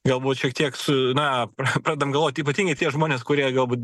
galbūt šiek tiek su na pra pradem galvot ypatingai tie žmonės kurie galbūt